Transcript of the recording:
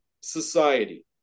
society